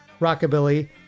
rockabilly